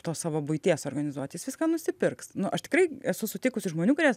tos savo buities organizuotis jis viską nusipirks nu aš tikrai esu sutikusi žmonių kurie